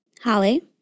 Holly